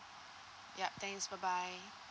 ya thanks bye bye